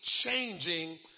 changing